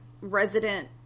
resident